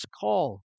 call